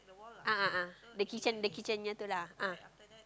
a'ah a'ah the kitchen the kitchen punya itu ah